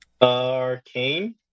Arcane